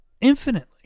infinitely